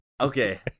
okay